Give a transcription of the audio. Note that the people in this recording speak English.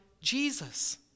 Jesus